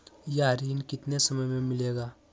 यह ऋण कितने समय मे मिलेगा?